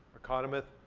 economist,